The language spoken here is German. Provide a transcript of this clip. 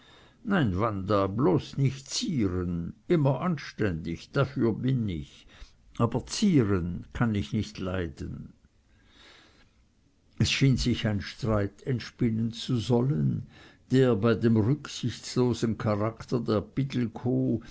nein wanda bloß nich zieren immer anständig dafür bin ich aber zieren kann ich nich leiden es schien sich ein streit entspinnen zu sollen der bei dem rücksichtslosen charakter der pittelkow